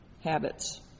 habits